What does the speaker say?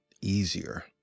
easier